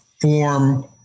form